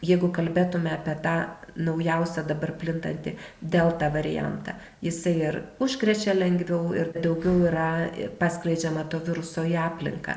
jeigu kalbėtume apie tą naujausią dabar plintantį delta variantą jisai ir užkrečia lengviau ir daugiau yra paskleidžiama to viruso į aplinką